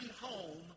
home